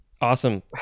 Awesome